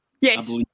Yes